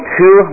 two